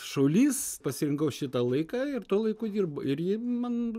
šaulys pasirinkau šitą laiką ir tuo laiku dirbu ir ji man